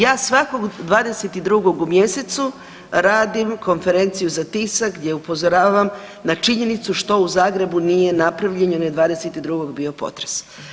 Ja svakog 22. u mjesecu radim konferenciju za tisak gdje upozoravam na činjenicu što u Zagrebu nije napravljeno jer je 22. bio potres.